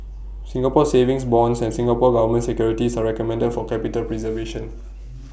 Singapore savings bonds and Singapore Government securities are recommended for capital preservation